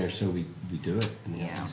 there so we do it yeah